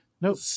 Nope